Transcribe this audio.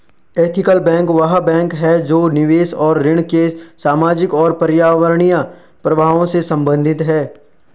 ethical bank वह bank है जो निवेश और ऋण के सामाजिक और पर्यावरणीय प्रभावों से संबंधित है